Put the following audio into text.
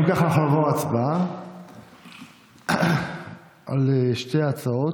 אם ככה, אנחנו נעבור להצבעה על שתי הצעות.